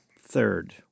third